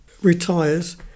retires